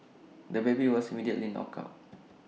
the baby was immediately knocked out